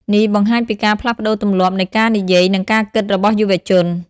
នេះបង្ហាញពីការផ្លាស់ប្តូរទម្លាប់នៃការនិយាយនិងការគិតរបស់យុវជន។